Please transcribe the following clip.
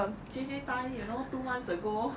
J_J thai you know two months ago